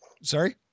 Sorry